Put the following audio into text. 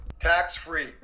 tax-free